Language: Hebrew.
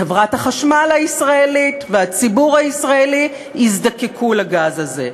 חברת החשמל הישראלית והציבור הישראלי יזדקקו לגז הזה.